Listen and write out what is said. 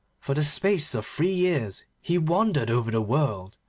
for the space of three years he wandered over the world,